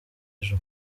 ejo